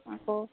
আকৌ